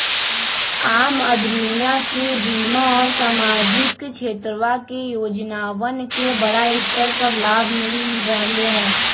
आम अदमीया के बीमा और सामाजिक क्षेत्रवा के योजनावन के बड़ा स्तर पर लाभ मिल रहले है